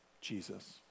Jesus